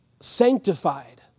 sanctified